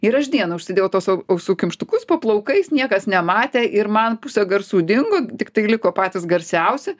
ir aš dieną užsidėjau tuos ausų kištukus po plaukais niekas nematė ir man pusę garsų dingo tik tai liko patys garsiausi